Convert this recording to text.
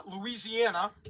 Louisiana